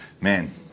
man